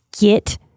get